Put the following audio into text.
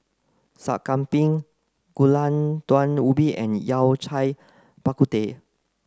Sup Kambing Gulai Daun Ubi and Yao Cai Bak Kut Teh